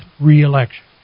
reelection